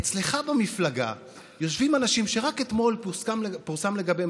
אצלך במפלגה יושבים אנשים שרק אתמול פורסם לגביהם